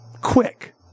quick